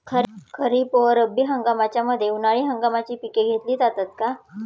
खरीप व रब्बी हंगामाच्या मध्ये उन्हाळी हंगामाची पिके घेतली जातात का?